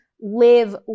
live